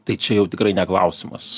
tai čia jau tikrai ne klausimas